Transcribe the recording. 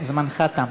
זמנך תם.